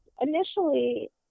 Initially